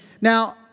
Now